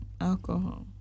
Alcohol